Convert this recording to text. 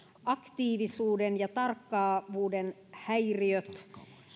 aktiivisuuden ja tarkkaavuuden häiriöt